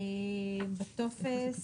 הטופס